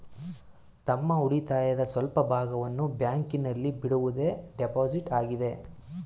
ತಮ್ಮ ಉಳಿತಾಯದ ಸ್ವಲ್ಪ ಭಾಗವನ್ನು ಬ್ಯಾಂಕಿನಲ್ಲಿ ಬಿಡುವುದೇ ಡೆಪೋಸಿಟ್ ಆಗಿದೆ